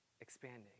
expanding